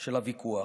של הוויכוח.